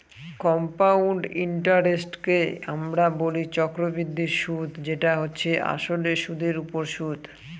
compound ইন্টারেস্টকে আমরা বলি চক্রবৃদ্ধি সুদ যেটা হচ্ছে আসলে সুধের ওপর সুদ